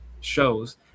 shows